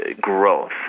growth